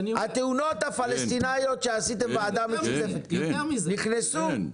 התאונות הפלסטינאיות שעשיתם ועדה, נכנסו?